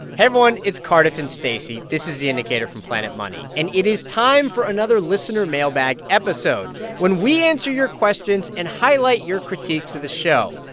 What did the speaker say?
everyone. it's cardiff and stacey. this is the indicator from planet money. and it is time for another listener mailbag episode, when we answer your questions and highlight your critiques of the show.